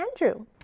Andrew